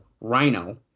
Rhino